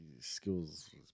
skills